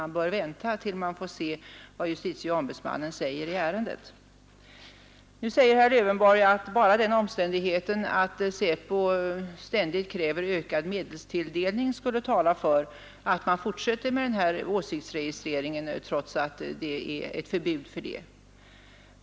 Man bör vänta tills man får höra vad JO säger i ärendet. Herr Lövenborg säger att bara den omständigheten att SÄPO ständigt kräver ökad medelstilldelning skulle tala för att man fortsätter med åsiktsregistreringen trots att det finns förbud mot det.